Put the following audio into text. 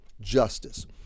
justice